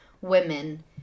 women